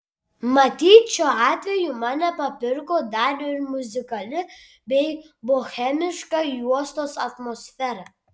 matyt šiuo atveju mane papirko dar ir muzikali bei bohemiška juostos atmosfera